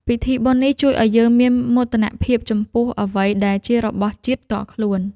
ពិធីបុណ្យនេះជួយឱ្យយើងមានមោទនភាពចំពោះអ្វីដែលជារបស់ជាតិផ្ទាល់ខ្លួន។